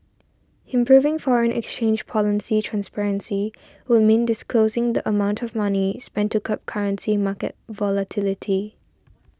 improving foreign exchange policy transparency would mean disclosing the amount of money spent to curb currency market volatility